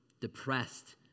depressed